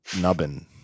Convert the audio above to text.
nubbin